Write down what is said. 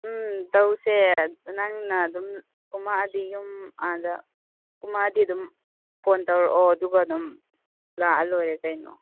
ꯎꯝ ꯇꯧꯁꯦ ꯅꯪꯅ ꯑꯗꯨꯝ ꯀꯨꯝꯃꯛꯑꯗꯤ ꯌꯨꯝ ꯑꯥꯗ ꯀꯨꯝꯃꯛꯑꯗꯤ ꯑꯗꯨꯝ ꯐꯣꯟ ꯇꯧꯔꯛꯑꯣ ꯑꯗꯨꯒ ꯑꯗꯨꯝ ꯂꯥꯛꯑ ꯂꯣꯏꯔꯦ ꯀꯩꯅꯣ